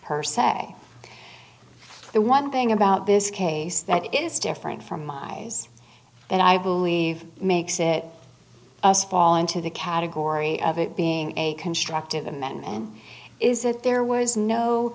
per se the one thing about this case that is different from my eyes that i believe makes it us fall into the category of it being a constructive him and is that there was no